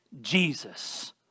Jesus